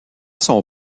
son